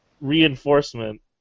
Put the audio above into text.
reinforcement